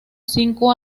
cinco